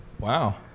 Wow